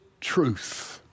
truth